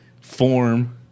form